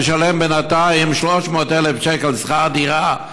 תשלם בינתיים 300,000 שקל שכר דירה,